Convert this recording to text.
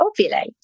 ovulate